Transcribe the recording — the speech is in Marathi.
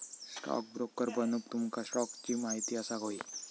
स्टॉकब्रोकर बनूक तुमका स्टॉक्सची महिती असाक व्हयी